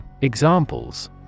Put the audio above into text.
Examples